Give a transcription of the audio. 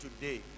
today